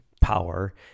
power